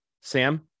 Sam